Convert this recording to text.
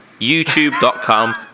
YouTube.com